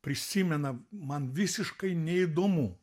prisimena man visiškai neįdomu